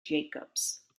jacobs